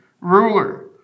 Ruler